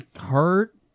hurt